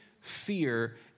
fear